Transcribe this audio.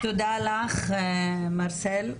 תודה לך, מרסל.